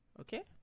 okay